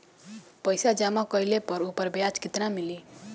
पइसा जमा कइले पर ऊपर ब्याज केतना मिली?